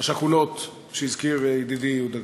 השכולות שהזכיר ידידי יהודה גליק.